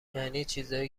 یعنی، چیزایی